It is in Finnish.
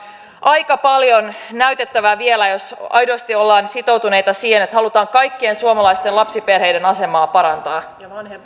aika paljon näytettävää vielä jos aidosti ollaan sitoutuneita siihen että halutaan kaikkien suomalaisten lapsiperheiden asemaa parantaa